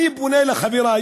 אני פונה לחברי